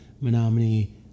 Menominee